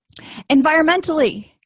Environmentally